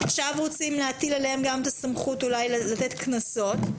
עכשיו רוצים להטיל עליהם גם את הסמכות לתת קנסות.